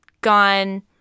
gone